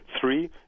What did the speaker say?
Three